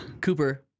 Cooper